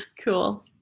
Cool